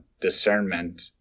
discernment